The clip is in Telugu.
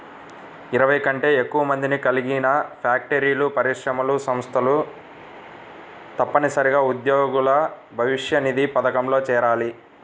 ఇరవై కంటే ఎక్కువ మందిని కలిగిన ఫ్యాక్టరీలు, పరిశ్రమలు, సంస్థలు తప్పనిసరిగా ఉద్యోగుల భవిష్యనిధి పథకంలో చేరాలి